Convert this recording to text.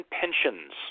pensions